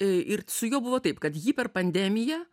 ir su juo buvo taip kad jį per pandemiją